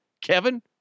Kevin